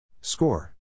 Score